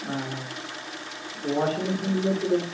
washing machine లో చూపిస్